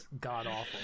god-awful